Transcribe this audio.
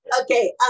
Okay